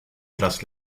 tras